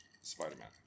Spider-Man